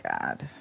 God